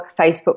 Facebook